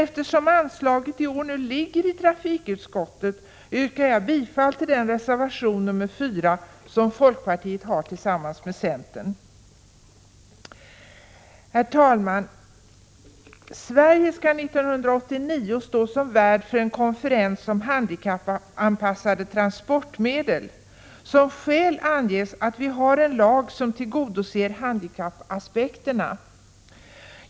Eftersom anslaget i år behandlas i trafikutskottets betänkande nr 20 yrkar jag bifall till den reservation nr 4 som folkpartiet står för tillsammans med centern. Herr talman! Sverige skall 1989 stå som värd för en konferens om transportmedel för handikappade. Som skäl anges att Sverige har en lag som tillgodoser handikappaspekterna.